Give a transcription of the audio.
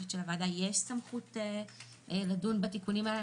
לוועדה יש סמכות לדון בתיקונים האלה.